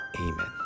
Amen